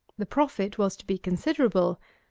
the profit was to be considerable,